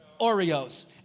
Oreos